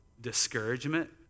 discouragement